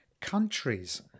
countries